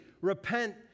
repent